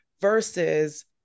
versus